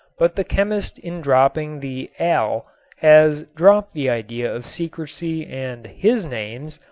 but the chemist in dropping the al has dropped the idea of secrecy and his names,